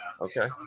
Okay